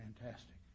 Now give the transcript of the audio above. Fantastic